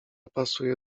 pasuje